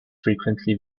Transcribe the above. frequently